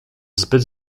zbyt